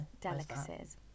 Delicacies